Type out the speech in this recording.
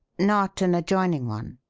not an adjoining one?